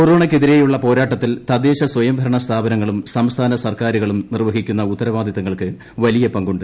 കൊറോണയ്ക്കെതിരെയുള്ള പോരാട്ട ത്തിൽ തദ്ദേശസ്വയംഭരണ സ്ഥാപനങ്ങളും സംസ്ഥാന സർക്കാരുകളും നിർവ്വഹിക്കുന്ന ഉത്തരവാദിത്വങ്ങൾക്ക് വലിയ പങ്കുണ്ട്